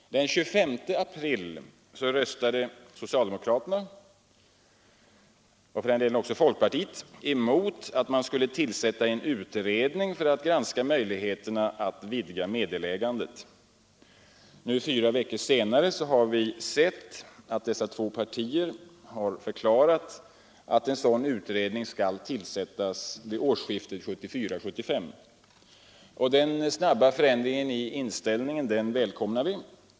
Den 25 april röstade socialdemokraterna och för den delen också folkpartiet emot att man skulle tillsätta en utredning för att granska möjligheterna att vidga meddelägandet. Nu, fyra veckor senare, har dessa två partier förklarat att det skall tillsättas en sådan utredning vid årsskiftet 1974-1975. Denna snabba ändring i inställningen välkomnar vi.